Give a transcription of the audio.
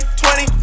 twenty